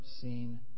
seen